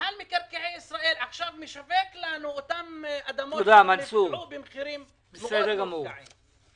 רשות מקרקעי ישראל עכשיו משווקת לנו אותן אדמות במחירים מופקעים מאוד.